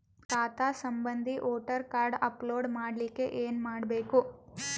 ಖಾತಾ ಸಂಬಂಧಿ voter card upload ಮಾಡಲಿಕ್ಕೆ ಏನ ಮಾಡಬೇಕು?